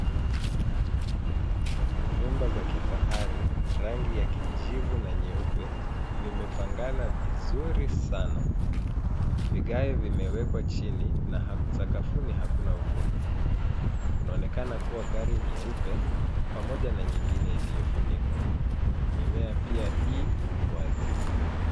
Nyumba za kifahari, rangi ya kijivu na nyeupe vimepangana vizuri sana. Vigae vimewekwa chini na sakafuni hakuna vumbi. Kunaonekana kuwa gari nyeupe pamoja na nyingine iliyofunikwa. Mimea pia i wazi.